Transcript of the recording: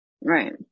right